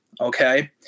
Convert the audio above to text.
okay